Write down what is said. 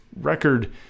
record